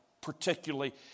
particularly